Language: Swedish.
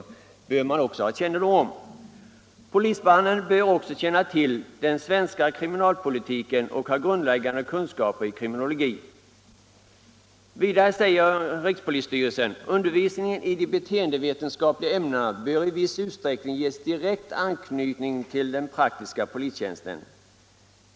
Polismannen bör också känna till den svenska kriminalpolitiken och ha grundläggande kunskaper i kriminologi. Undervisningen i de beteendevetenskapliga ämnena bör i viss utsträckning ges direkt anknytning till den praktiska polistjänsten.